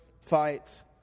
fights